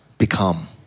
become